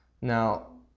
Now